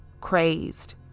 crazed